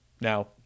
Now